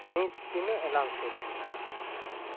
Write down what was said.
ᱱᱤᱛ ᱛᱤᱱᱟ ᱜ ᱮᱞᱟᱢ ᱥᱮᱴ ᱢᱮᱱᱟᱜᱼᱟ